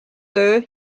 töö